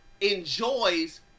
enjoys